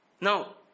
Now